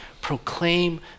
proclaim